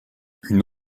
une